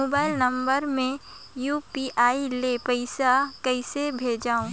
Mobile number मे UPI ले पइसा कइसे भेजवं?